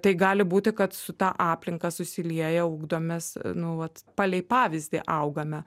tai gali būti kad su ta aplinka susilieję ugdomės nu vat palei pavyzdį augame